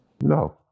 No